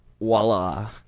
voila